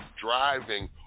driving